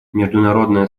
международное